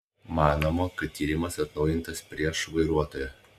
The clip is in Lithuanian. manoma kad tyrimas atnaujintas prieš vairuotoją